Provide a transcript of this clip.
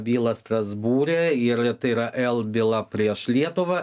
bylą strasbūre ir tai yra el byla prieš lietuvą